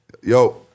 Yo